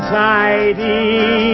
tidy